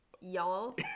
Y'all